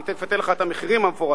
אני תיכף אתן לך את המחירים המפורטים,